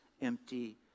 empty